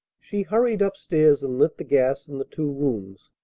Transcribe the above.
she hurried up-stairs, and lit the gas in the two rooms,